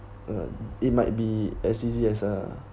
uh it might be as easy as uh